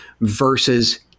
versus